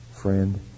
friend